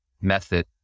method